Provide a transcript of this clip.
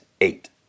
eight